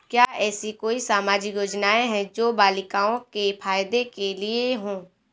क्या ऐसी कोई सामाजिक योजनाएँ हैं जो बालिकाओं के फ़ायदे के लिए हों?